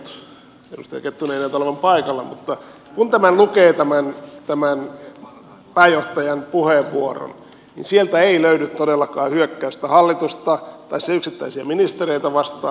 edustaja kettunen ei näytä olevan paikalla mutta kun tämän pääjohtajan puheenvuoron lukee niin sieltä ei löydy todellakaan hyökkäystä hallitusta tai sen yksittäisiä ministereitä vastaan